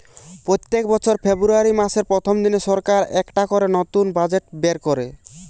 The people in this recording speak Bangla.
পোত্তেক বছর ফেব্রুয়ারী মাসের প্রথম দিনে সরকার একটা করে নতুন বাজেট বের কোরে